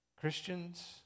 Christians